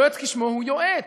היועץ, כשמו, הוא יועץ.